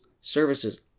services